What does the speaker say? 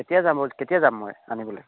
কেতিয়া যাম কেতিয়া যাম মই আনিবলৈ